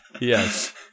Yes